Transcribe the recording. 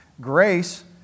grace